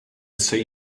say